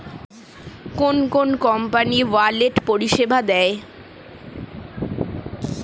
কোন কোন company wallet পরিষেবা দেয়?